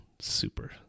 super